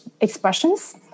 expressions